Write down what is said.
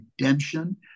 redemption